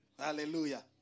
Hallelujah